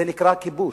שנקרא כיבוש.